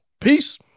Peace